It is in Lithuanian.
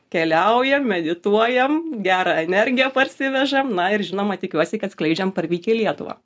keliaujam medituojam gerą energiją parsivežam na ir žinoma tikiuosi kad skleidžiam parvykę į lietuvą